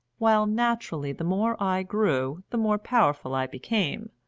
while naturally the more i grew the more powerful i became,